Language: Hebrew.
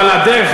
אבל הדרך,